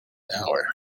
hour